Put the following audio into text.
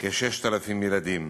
כ-6,000 ילדים.